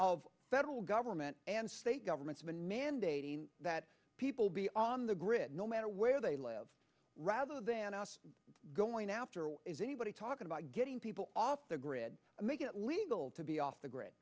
of federal government and state governments and mandating that people be on the grid no matter where they live rather than us going after is anybody talking about getting people off the grid and making it legal to be off the grid